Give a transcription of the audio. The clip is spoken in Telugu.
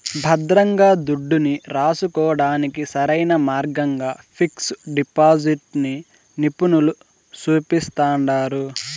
భద్రంగా దుడ్డుని రాసుకోడానికి సరైన మార్గంగా పిక్సు డిపాజిటిని నిపునులు సూపిస్తండారు